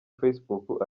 facebook